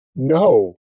No